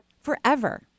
forever